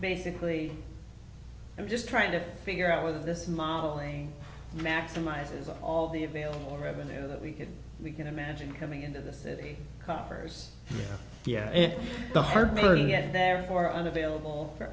basically i'm just trying to figure out whether this modeling maximizes of all the available revenue that we can we can imagine coming into the city coffers garber get there or unavailable for